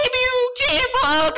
beautiful